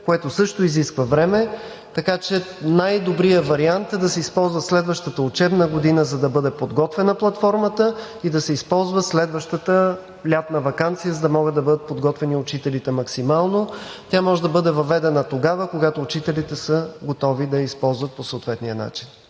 което също изисква време, така че най-добрият вариант е да се използва следващата учебна година, за да бъде подготвена платформата и да се използва следващата лятна ваканция, за да могат да бъдат подготвени учителите максимално. Тя може да бъде въведена тогава, когато учителите са готови да я използват по съответния начин.